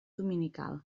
dominical